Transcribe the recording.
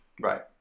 right